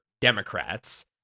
Democrats